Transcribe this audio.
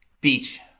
Beach